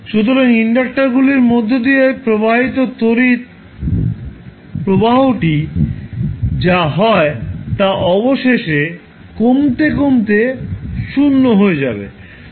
সুতরাং ইন্ডাক্টারগুলির মধ্য দিয়ে প্রবাহিত তড়িৎ প্রবাহটি যা হয় তা অবশেষে কমতে কমতে 0 হয়ে যাবে